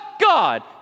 God